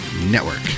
Network